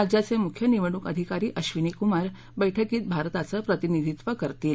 राज्याचे मुख्य निवडणूक अधिकारी अधिनी कुमार बैठकीत भारताचं प्रतिनिधीत्व करतील